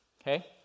okay